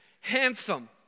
handsome